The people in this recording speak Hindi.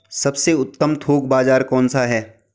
सबसे उत्तम थोक बाज़ार कौन सा है?